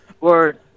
Word